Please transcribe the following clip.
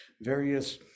various